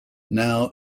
now